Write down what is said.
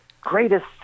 greatest